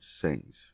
sings